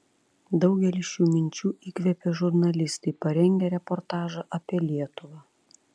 daugelį šių minčių įkvėpė žurnalistai parengę reportažą apie lietuvą